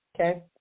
Okay